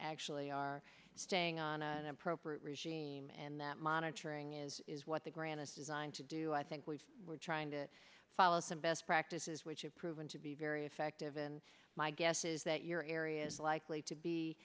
ctually are staying on a proper regime and that monitoring is is what the grandest designed to do i think we were trying to follow some best practices which have proven to be very effective and my guess is that your area is likely to be